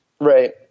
Right